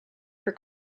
for